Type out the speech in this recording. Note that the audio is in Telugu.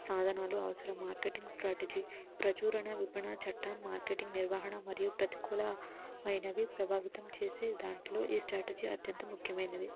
సాధనాలు అవసరం మార్కెటింగ్ స్ట్రాటజీ ప్రచురణ విపణ చట్టం మార్కెటింగ్ నిర్వహణ మరియు ప్రతికూల అయినవి ప్రభావితం చేసే దాంట్లో ఈ స్ట్రాటజీ అత్యంత ముఖ్యమైనది